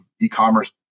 e-commerce